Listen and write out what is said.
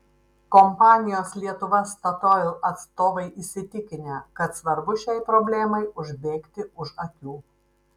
kompanijos lietuva statoil atstovai įsitikinę kad svarbu šiai problemai užbėgti už akių